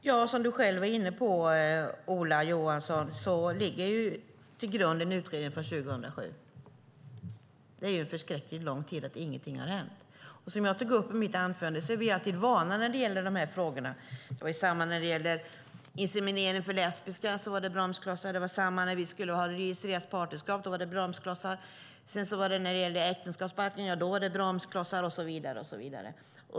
Herr talman! Som Ola Johansson själv var inne på ligger en utredning från 2007 till grund för detta. Det är en förskräckligt lång tid som ingenting har hänt. Som jag tog upp i mitt anförande är vi vana vid bromsklossar när det gäller de här frågorna. Det var samma när det gällde inseminering för lesbiska. Det var samma när det gällde registrerat partnerskap. Då var det bromsklossar. När det gällde äktenskapsbalken var det bromsklossar och så vidare.